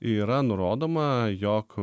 yra nurodoma jog